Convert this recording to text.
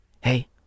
Hey